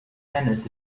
tennis